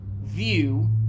view